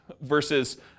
versus